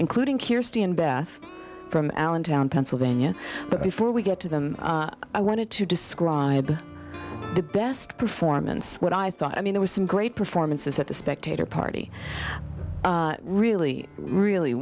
including here stan beth from allentown pennsylvania but before we get to them i wanted to describe the best performance what i thought i mean there were some great performances at the spectator party really really